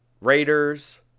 Raiders